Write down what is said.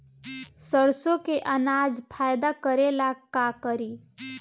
सरसो के अनाज फायदा करेला का करी?